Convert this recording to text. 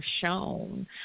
shown